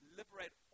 liberate